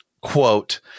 quote